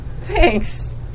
Thanks